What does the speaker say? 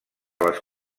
les